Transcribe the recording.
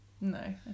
no